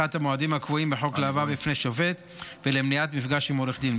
ודחיית המועדים הקבועים בחוק להבאה לפני שופט ולמניעת מפגש עם עורך דין.